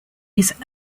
his